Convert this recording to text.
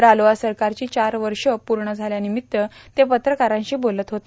रालोआ सरकारची चार वर्ष पूर्ण झाल्यानिमित्त ते पत्रकारांशी बोलत होते